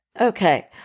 Okay